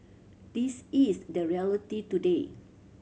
this is the reality today